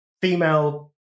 female